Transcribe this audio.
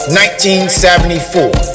1974